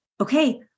okay